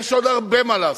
יש עוד הרבה מה לעשות.